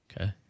Okay